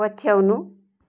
पछ्याउनु